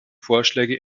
vorschläge